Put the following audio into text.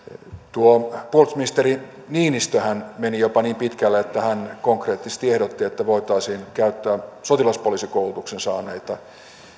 puolustusministeri niinistöhän meni jopa niin pitkälle että hän konkreettisesti ehdotti että voitaisiin käyttää sotilaspoliisikoulutuksen saaneita